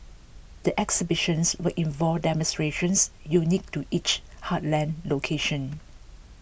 the exhibitions will involve demonstrations unique to each heartland location